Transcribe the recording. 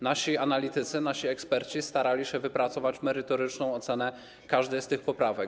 Nasi analitycy, nasi eksperci starali się wypracować merytoryczną ocenę każdej z tych poprawek.